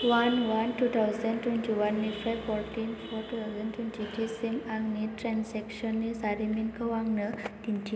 अवान one two thousand twenty one निफ्राय fourteen four two thousand twenty two सिम आंनि ट्रेन्जेकसननि जारिमिनखौ आंनो दिन्थि